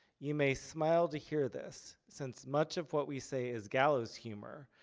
you may smile to hear this, since much of what we say is gallows humor.